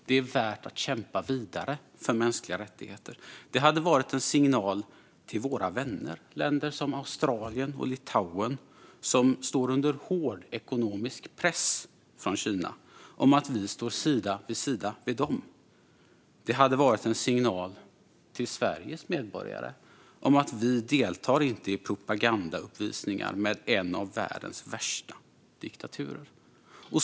Det är värt att kämpa vidare för mänskliga rättigheter. Det hade varit en signal till våra vänner, länder som Australien och Litauen som står under hård ekonomisk press från Kina, om att vi står sida vid sida med dem. Det hade varit en signal till Sveriges medborgare om att vi inte deltar i propagandauppvisningar med en av världens värsta diktaturer.